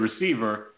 receiver